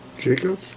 Jacob